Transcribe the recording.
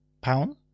pound